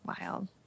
wild